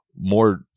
more